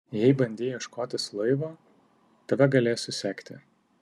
jei bandei ieškotis laivo tave galės susekti